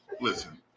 listen